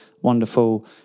wonderful